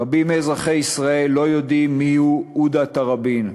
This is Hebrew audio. רבים מאזרחי ישראל לא יודעים מיהו עודה תראבין.